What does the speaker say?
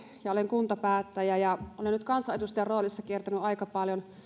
ja olen kuntapäättäjä olen nyt kansanedustajan roolissa kiertänyt aika paljon